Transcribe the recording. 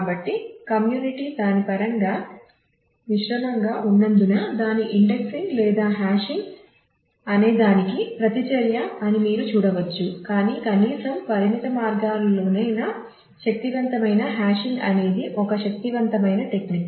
కాబట్టి కమ్యూనిటీ దాని పరంగా మిశ్రమంగా ఉన్నందున దాని ఇండెక్సింగ్ లేదా హాషింగ్ అనేదానికి ప్రతిచర్య అని మీరు చూడవచ్చు కాని కనీసం పరిమిత మార్గాల్లోనైనా శక్తివంతమైన హ్యాషింగ్ అనేది ఒక శక్తివంతమైన టెక్నిక్